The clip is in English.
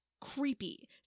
creepy